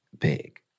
big